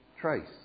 Trace